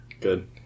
Good